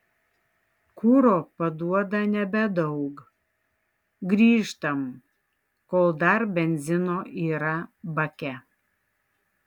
kuro paduoda nebedaug grįžtam kol dar benzino yra bake